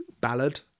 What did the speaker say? ballad